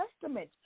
Testament